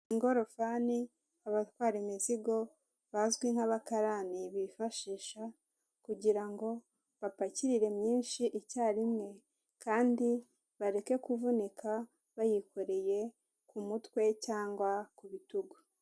Ingorofani abatwara imizigo bazwi nk'abakarani bifashisha kugira ngo bapakirire myinshi icyarimwe kandi bareke kuvunika bayikoreye ku mutwe cyangwa ku bitugu.